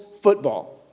football